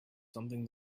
something